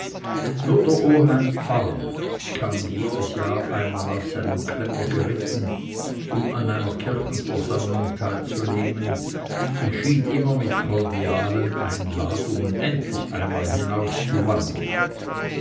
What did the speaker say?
der oheim pfarrer kam jedes jahr einmal auf seinem klepper geritten um an einer kirchenversammlung teilzunehmen und schied immer mit kordialen einladungen endlich einmal